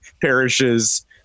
perishes